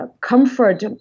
comfort